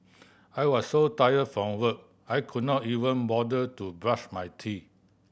I was so tired from work I could not even bother to brush my teeth